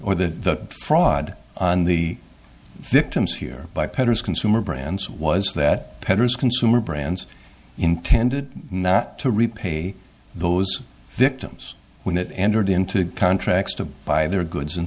or the fraud on the victims here by petards consumer brands was that pedders consumer brands intended not to repay those victims when it entered into contracts to buy their goods and